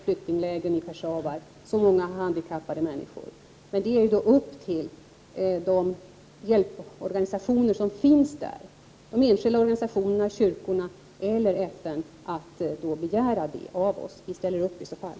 Jag har själv sett många handikappade människor i flyktinglägren i Peshawar. Men det är upp till de hjälporganisationer som finns där — de enskilda organisationerna, kyrkorna eller FN — att begära det av oss. Vi ställer upp i så fall.